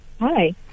Hi